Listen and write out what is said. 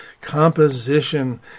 composition